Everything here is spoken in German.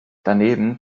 daneben